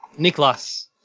Niklas